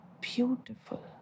beautiful